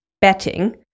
betting